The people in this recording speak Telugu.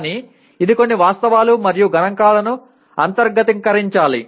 కానీ ఇది కొన్ని వాస్తవాలు మరియు గణాంకాలను అంతర్గతీకరించాలి